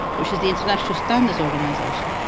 which is the international standards organization.